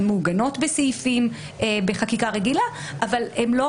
הן מעוגנות בסעיפים בחקיקה רגילה אבל הן לא